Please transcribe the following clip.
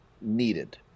needed